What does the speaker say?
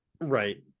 right